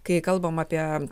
kai kalbam apie